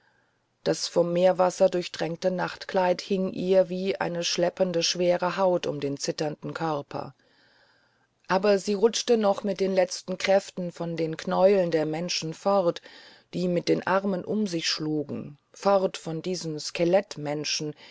das vom meerwasser durchtränkte nachtkleid hing ihr wie eine schleppende schwere haut um den zitternden körper aber sie rutschte noch mit den letzten kräften von den knäueln der menschen fort die mit den armen um sich schlugen fort von diesen skelett menschen